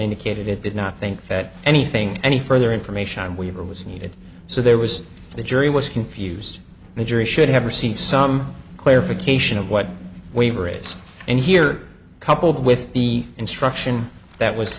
indicated it did not think that anything any further information weaver was needed so there was the jury was confused majora should have received some clarification of what we raise and here coupled with the instruction that was